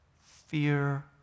fear